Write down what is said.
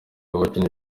abakinnyi